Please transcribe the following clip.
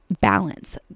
balance